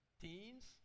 Teens